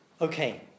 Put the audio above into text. Okay